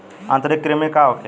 आंतरिक कृमि का होखे?